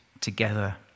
together